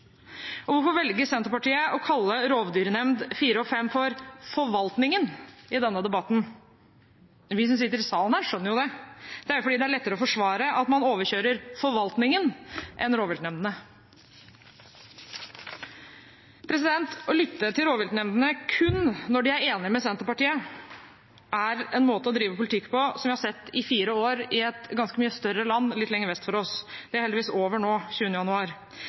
Hvorfor velger Senterpartiet å kalle rovviltnemndene i regionene 4 og 5 for forvaltningen i denne debatten? Vi som sitter i salen her, skjønner jo det. Det er fordi det er lettere å forsvare at man overkjører forvaltningen enn at man overkjører rovviltnemndene. Å lytte til rovviltnemndene kun når de er enige med Senterpartiet, er en måte å drive politikk på som vi har sett i fire år i et ganske mye større land litt lenger vest for oss. Det er heldigvis over nå den 20. januar.